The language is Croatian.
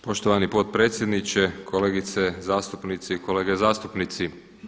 Poštovani potpredsjedniče, kolegice zastupnice i kolege zastupnici.